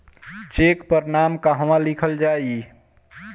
Check पर नाम कहवा लिखल जाइ?